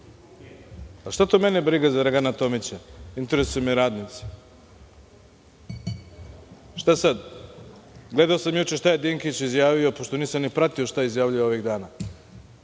Šta to mene briga za Dragana Tomića, interesuju me radnici. Gledao sam juče šta je Dinkić izjavio, pošto nisam ni pratio šta je izjavljivao ovih dana,